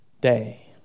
day